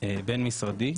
בין משרדי.